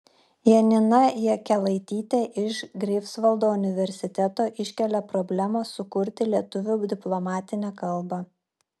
janina jakelaitytė iš greifsvaldo universiteto iškelia problemą sukurti lietuvių diplomatinę kalbą